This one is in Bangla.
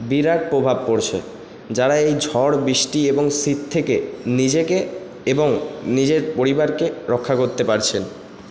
বিরাট প্রভাব পড়ছে যারা এই ঝড় বৃষ্টি এবং শীত থেকে নিজেকে এবং নিজের পরিবারকে রক্ষা করতে পারছেন